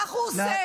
ככה הוא עושה,